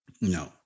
No